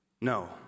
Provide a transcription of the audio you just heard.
No